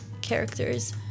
characters